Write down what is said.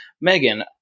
megan